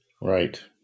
Right